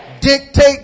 dictate